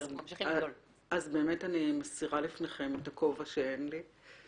אז אני מסירה בפניכם את הכובע שאין לי.